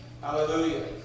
hallelujah